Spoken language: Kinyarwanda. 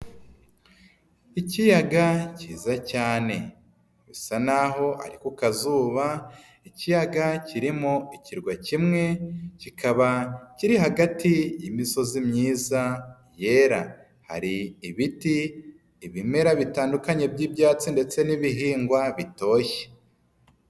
Ikiyaga kiza cyane bisa naho ari ku kazuba ikiyaga kirimo ikirwa kimwe kikaba kiri hagati y'imisozi myiza yera, hari ibiti, ibimera bitandukanye by'ibyatsi ndetse n'ibihingwa bitoshye.